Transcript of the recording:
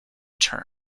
term